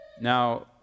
Now